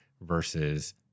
versus